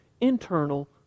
internal